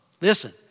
Listen